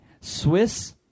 Swiss